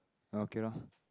okay loh